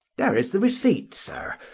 there is the receipt, sir,